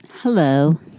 Hello